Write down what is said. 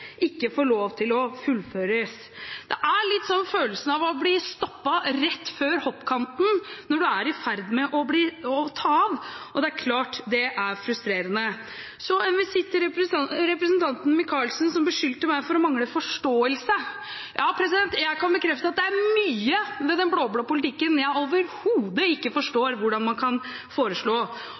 ikke får lov til å fullføres. Man får litt følelsen av å bli stoppet rett før hoppkanten når man er i ferd med å ta av, og det er klart at det er frustrerende. Så en visitt til representanten Michaelsen, som beskyldte meg for å mangle forståelse. Jeg kan bekrefte at det er mye ved den blå-blå politikken jeg overhodet ikke forstår at man kan foreslå.